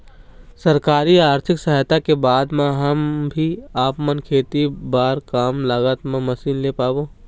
सरकारी आरथिक सहायता के बाद मा हम भी आपमन खेती बार कम लागत मा मशीन ले पाबो?